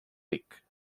ric